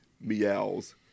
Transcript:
meows